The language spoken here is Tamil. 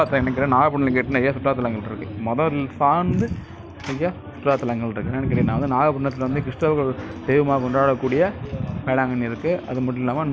அதுமாதிரி ஒரு நல்ல வந்து குடிநீர் வசதி கிடையாது சுகாதார வசதி கிடையாது அது மட்டும் இல்லாமல் இங்கே இருக்கிற ஸ்கூல் பசங்கலாம் வந்து அதிகமாக பார்த்தீங்கனா எங்கருந்து வராங்கன்னால் கிராமத்திலருந்து வராங்கள்